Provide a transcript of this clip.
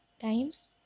times